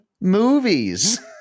movies